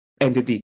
entity